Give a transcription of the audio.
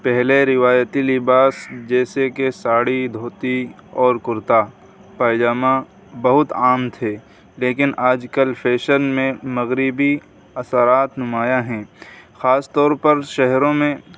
پہلے روایتی لباس جیسے کہ ساڑی دھوتی اور کرتا پیجامہ بہت عام تھے لیکن آج کل فیشن میں مغربی اثرات نمایاں ہیں خاص طور پر شہروں میں